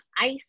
Ice